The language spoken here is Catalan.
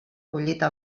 collita